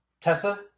Tessa